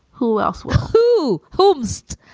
who else who host